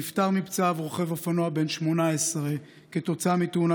נפטר מפצעיו רוכב אופנוע בן 18 כתוצאה מתאונה